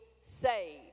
saved